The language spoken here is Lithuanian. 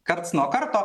karts nuo karto